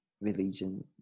religion